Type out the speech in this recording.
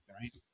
right